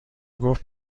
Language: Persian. گفت